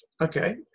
Okay